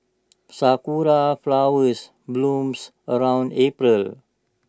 Sakura Flowers blooms around April